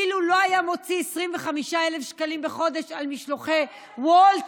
אילו לא היה מוציא 25,000 שקלים בחודש על משלוחי וולט,